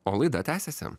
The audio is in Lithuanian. o laida tęsiasi